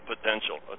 potential